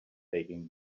taking